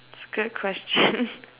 that's a good question